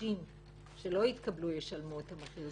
האנשים שלא יתקבלו ישלמו את המחיר.